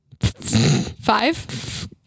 Five